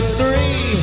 three